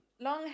Long